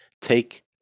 Take